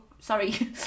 Sorry